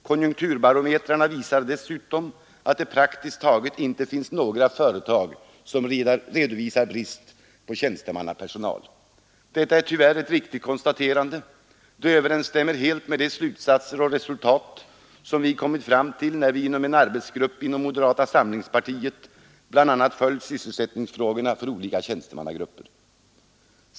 Konjunkturbarometrarna visar dessutom att det praktiskt taget inte finns några företag som redovisar brist på tjänstemannapersonal.” Detta är tyvärr ett riktigt konstaterande. Det överensstämmer helt med de slutsatser och resultat, som vi kommit fram till när en arbetsgrupp inom moderata samlingspartiet bl.a. följt sysselsättningsfrågorna för olika tjänstemannagrupper.